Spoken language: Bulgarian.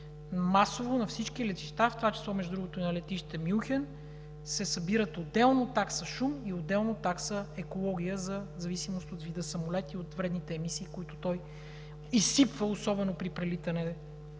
Масово на всички летища, в това число, между другото, и на летище Мюнхен, се събират отделно такса „шум“ и отделно такса „екология“ в зависимост от вида самолет и от вредните емисии, които той изсипва, особено при прелитане